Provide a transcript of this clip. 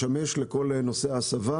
משמש לכל נושא ההסבה,